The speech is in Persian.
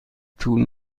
طول